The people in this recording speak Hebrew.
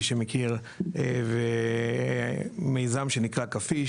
מי שמכיר ומיזם שנקרא 'קפיש',